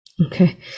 Okay